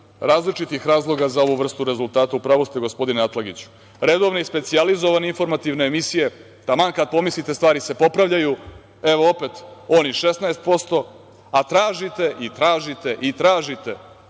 različitih razloga za ovu vrstu rezultata, u pravu ste gospodine Atlagiću. Redove i specijalizovane informativne emisije, taman kada pomislite da se stvari popravljaju, opet oni 16%, a tražite i tražite rezultat